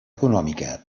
econòmica